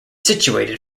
situated